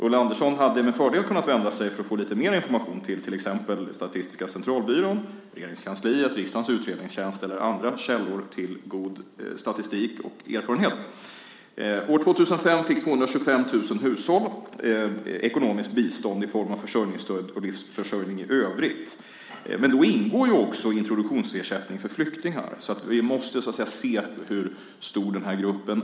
Ulla Andersson hade för att få mer information med fördel kunnat vända sig till Statistiska centralbyrån, Regeringskansliet, riksdagens utredningstjänst eller andra källor till god statistik. År 2005 fick 225 000 hushåll ekonomiskt bistånd i form av försörjningsstöd och försörjning i övrigt. Då ingår också introduktionsersättning för flyktingar. Vi måste se hur stor denna grupp är.